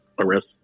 arrest